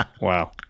Wow